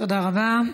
תודה רבה.